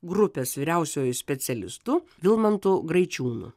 grupės vyriausiuoju specialistu vilmantu graičiūnu